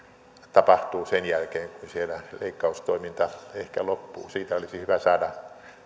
tapahtuu sen jälkeen kun siellä leikkaustoiminta ehkä loppuu siitä olisi hyvä saada